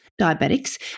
diabetics